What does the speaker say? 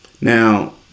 Now